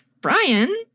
Brian